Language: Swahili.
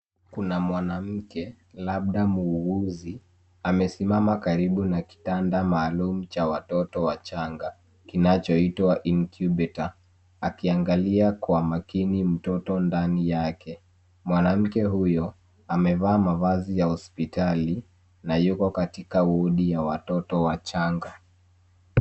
Kuna mwanamke, labda muuguzi amesimama karibu na kitanda maalum cha watoto wachanga kinachoitwa incubator akiangalia kwa makini mtoto ndani yake. Mwanamke huyo amevaa mavazi ya hospitali na yuko katika wodi ya watoto wachanga.